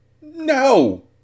No